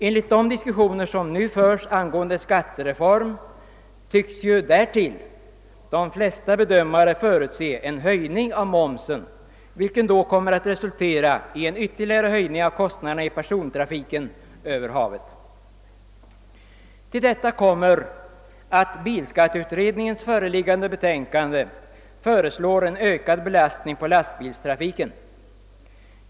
Enligt de diskussioner som nu förs angående en skattereform tycks därtill de flesta bedömare förutse en höjning av momsen, vilket kommer att resultera i en ytterligare höjning av kostnaderna i persontrafiken över havet. Till detta kommer att bilskatteutredningen i sitt föreliggande betänkande föreslår en ökad belastning på lastbilstrafiken.